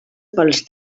pels